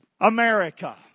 America